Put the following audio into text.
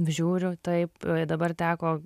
žiūriu taip dabar teko